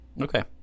okay